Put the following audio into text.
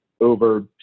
over